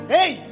Hey